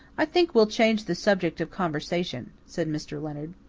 i think we'll change the subject of conversation, said mr. leonard.